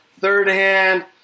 thirdhand